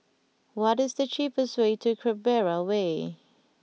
what is the cheapest way to Canberra Way